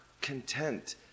content